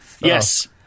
Yes